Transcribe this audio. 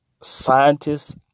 scientists